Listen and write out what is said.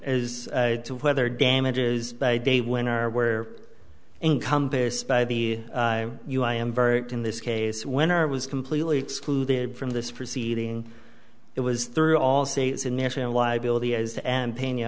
as to whether damage is a day when or where encompass by the time you i am very in this case when or was completely excluded from this proceeding it was through all states initially and liability is and p